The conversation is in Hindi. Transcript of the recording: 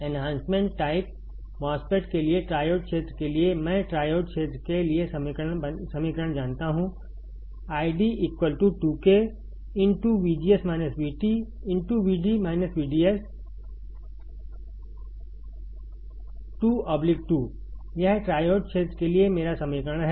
एन्हांसमेंट टाइप MOSFET के लिए ट्रायोड क्षेत्र के लिए मैं ट्रायोड क्षेत्र के लिए समीकरण जानता हूं ID 2K VD VDS 22 यह ट्रायोड क्षेत्र के लिए मेरा समीकरण है